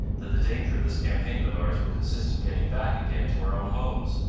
that the danger of this campaign of ours will consist in getting back again to our own homes,